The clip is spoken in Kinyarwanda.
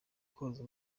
koza